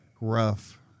rough